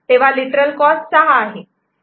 CA तेव्हा literal cost 6 आहे